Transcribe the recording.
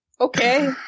okay